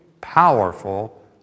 powerful